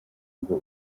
ngo